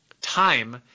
time